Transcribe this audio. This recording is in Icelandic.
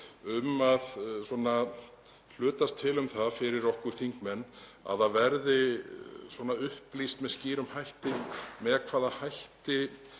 um að hlutast til um það fyrir okkur þingmenn að það verði upplýst með skýrum hætti með hvaða hætti